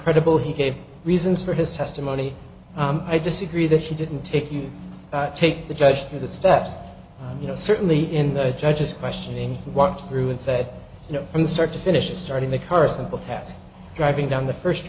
credible he gave reasons for his testimony i disagree that he didn't take you take the judge through the steps you know certainly in the judge's questioning and want through and say you know from start to finish starting the car a simple task driving down the first